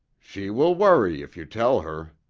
she will worry if you tell her.